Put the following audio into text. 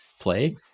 play